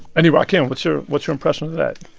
anyway, rakim, what's your what's your impression of that?